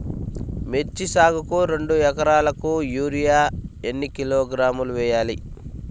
మిర్చి సాగుకు రెండు ఏకరాలకు యూరియా ఏన్ని కిలోగ్రాములు వేయాలి?